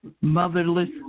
Motherless